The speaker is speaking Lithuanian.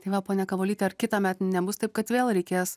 tai va ponia kavolyte ar kitąmet nebus taip kad vėl reikės